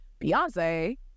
Beyonce